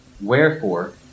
Wherefore